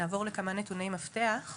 נעבור לכמה נתוני מפתח.